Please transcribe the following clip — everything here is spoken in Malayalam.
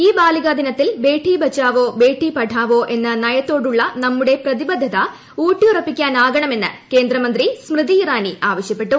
ഈ ബാലികാ ദിനത്തിൽ ബേഠി ബചാവോ ബേഠി പഠാവോ എന്ന നയത്തോടുള്ള നമ്മുടെ പ്രതിബദ്ധത ഊട്ടിയുറപ്പിക്കാണമെന്ന് കേന്ദ്ര മന്ത്രി സ്മൃതി ഇറാനി ആവശ്യപ്പെട്ടു